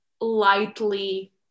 lightly